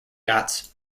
yachts